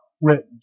written